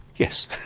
yes.